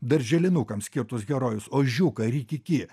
darželinukams skirtus herojus ožiuką rikiki